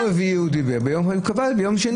ביום רביעי הוא הודיע, והוא קבע ביום שני ועדה.